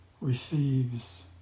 receives